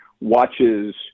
watches